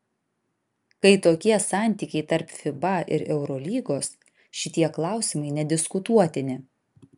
kai tokie santykiai tarp fiba ir eurolygos šitie klausimai nediskutuotini